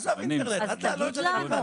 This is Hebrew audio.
עזוב את האינטרנט, אתה לא יכול להגיד לנו?